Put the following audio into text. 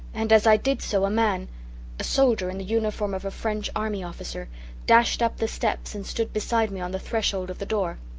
and as i did so a man a soldier in the uniform of a french army officer dashed up the steps and stood beside me on the threshold of the door.